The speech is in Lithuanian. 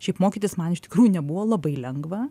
šiaip mokytis man iš tikrųjų nebuvo labai lengva